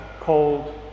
cold